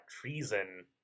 treason